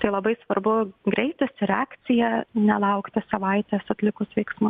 tai labai svarbu greitis reakcija nelaukti savaitės atlikus veiksmą